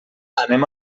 anem